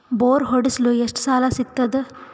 Bore ಹೊಡೆಸಲು ಎಷ್ಟು ಸಾಲ ಸಿಗತದ?